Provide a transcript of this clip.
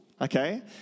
okay